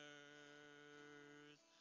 earth